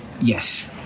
Yes